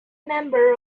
member